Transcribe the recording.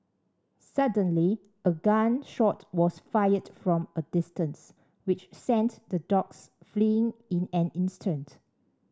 suddenly a gun shot was fired from a distance which sent the dogs fleeing in an instant